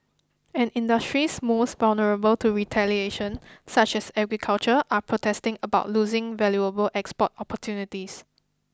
and industries most vulnerable to retaliation such as agriculture are protesting about losing valuable export opportunities